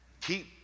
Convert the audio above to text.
Keep